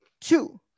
two